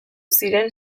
ziren